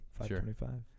525